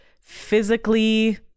physically